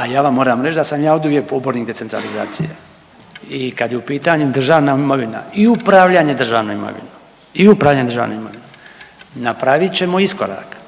a ja vam moram reć da sam ja oduvijek pobornik decentralizacije i kad je u pitanju državna imovina i upravljanje državnom imovinom, i upravljanje državnom imovinom, napravit ćemo iskorak,